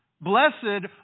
Blessed